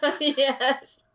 Yes